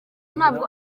ntabwo